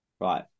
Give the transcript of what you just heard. Right